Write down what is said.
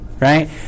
right